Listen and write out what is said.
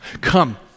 Come